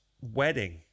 wedding